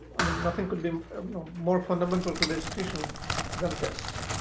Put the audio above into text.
i mean, nothing can be more fundamental to the institution than this.